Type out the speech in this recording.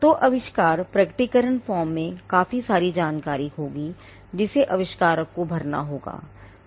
तो आविष्कार प्रकटीकरण फॉर्म में काफी सारी जानकारी होगी जिसे आविष्कारक को भरना होगा